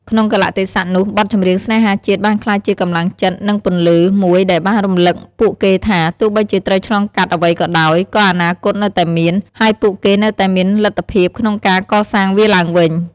ក្នុងកាលៈទេសៈនោះ បទចម្រៀងស្នេហាជាតិបានក្លាយជា កម្លាំងចិត្ត និង ពន្លឺ មួយដែលបានរំឭកពួកគេថា ទោះបីជាត្រូវឆ្លងកាត់អ្វីក៏ដោយ ក៏អនាគតនៅតែមាន ហើយពួកគេនៅតែមានលទ្ធភាពក្នុងការកសាងវាឡើងវិញ។